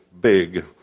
big